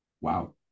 Wow